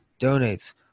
donates